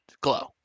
glow